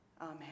Amen